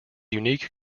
unique